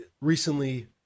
recently